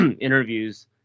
interviews